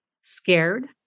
scared